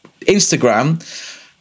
instagram